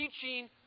teaching